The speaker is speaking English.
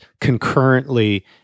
concurrently